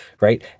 right